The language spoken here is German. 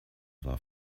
war